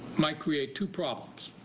might create two problems.